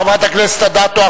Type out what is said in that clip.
חברת הכנסת אדטו,